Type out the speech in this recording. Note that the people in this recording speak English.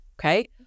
okay